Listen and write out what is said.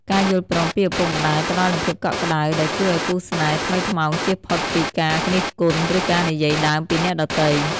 ការយល់ព្រមពីឪពុកម្ដាយផ្ដល់នូវភាពកក់ក្ដៅ ដែលជួយឱ្យគូស្នេហ៍ថ្មីថ្មោងចៀសផុតពីការរិះគន់ ឬការនិយាយដើមពីអ្នកដទៃ។